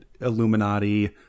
Illuminati